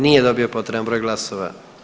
Nije dobio potreban broj glasova.